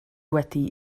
wedi